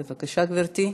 בבקשה, גברתי.